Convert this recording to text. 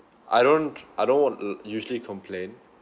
I don't I don't want uh usually complain